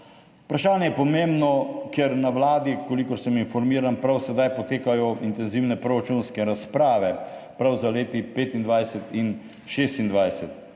Vprašanje je pomembno, ker na Vladi, kolikor sem informiran, prav sedaj potekajo intenzivne proračunske razprave, prav za leti 2025 in 2026,